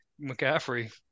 McCaffrey